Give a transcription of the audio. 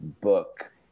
book